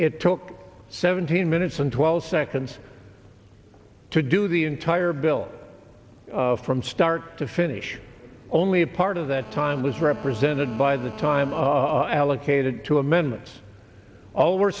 it took seventeen minutes and twelve seconds to do the entire bill from start to finish only a part of that time was represented by the time of allocated two amendments all we're